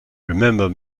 remember